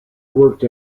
worked